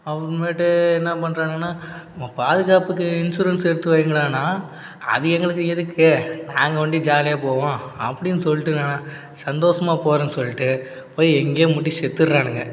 அப்புறமேட்டு என்ன பண்ணுறாணுங்கன்னா உங்கள் பாதுக்காப்புக்கு இன்ஷுரன்ஸ் எடுத்து வைங்கடான்னா அது எங்களுக்கு எதுக்கு நாங்கள் வண்டியில ஜாலியாக போவோம் அப்படின்னு சொல்லிட்டு என்னென்னா சந்தோசமாக போகறேன்னு சொல்லிட்டு போய் எங்கையோ முட்டி செத்துடுறாணுங்க